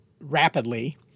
rapidly